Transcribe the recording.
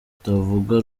mutavuga